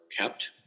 kept